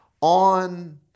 on